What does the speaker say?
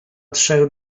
trzech